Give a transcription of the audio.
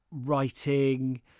writing